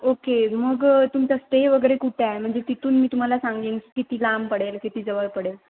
okay मग तुमचा stay वगैरे कुठं आहे म्हणजे तिथून मी तुम्हाला सांगेन किती लांब पडेल किती जवळ पडेल